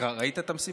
כבר ראית את המסיבה?